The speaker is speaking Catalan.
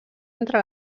entre